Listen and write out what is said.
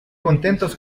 contentos